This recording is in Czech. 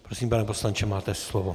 Prosím, pane poslanče, máte slovo.